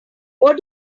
what